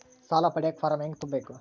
ಸಾಲ ಪಡಿಯಕ ಫಾರಂ ಹೆಂಗ ತುಂಬಬೇಕು?